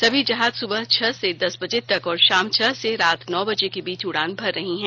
सभी जहाज सुबह छह से दस बजे तक और शाम छह से रात नौ बजे के बीच उड़ान भर रही हैं